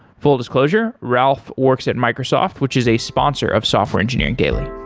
full disclosure, ralph works at microsoft, which is a sponsor of software engineering daily.